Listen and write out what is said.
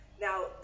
Now